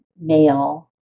male